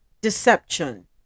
deception